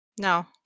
No